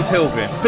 Pilgrim